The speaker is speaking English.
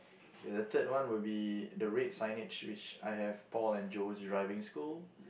okay the third one would be the red signage which I have Paul and Joe's driving school